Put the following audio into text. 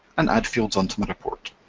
and add fields onto my report.